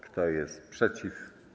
Kto jest przeciw?